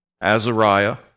Azariah